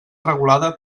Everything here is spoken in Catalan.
regulada